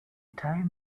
time